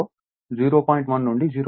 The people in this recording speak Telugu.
5 శాతం ఉంటుంది